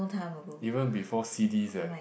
even before C_Ds eh